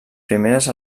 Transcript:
primeres